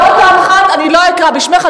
ועוד פעם אחת אני לא אקרא בשמך,